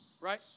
right